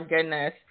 goodness